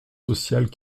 sociales